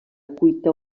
cuita